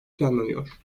planlanıyor